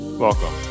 Welcome